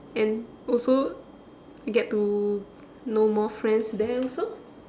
and also get to know more friends there also